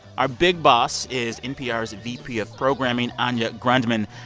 our big boss is npr's vp of programming, anya grundmann.